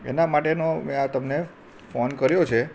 એના માટેનો મેં આ તમને ફોન કર્યો છે